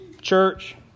church